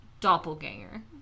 Doppelganger